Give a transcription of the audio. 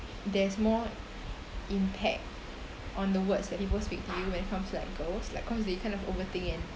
there's more impact on the words that people speak to you when it comes to like girls like cause they kind of overthink and